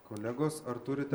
kolegos ar turite